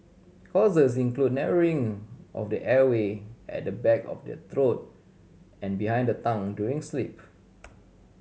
causes include narrowing of the airway at the back of the throat and behind the tongue during sleep